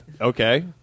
Okay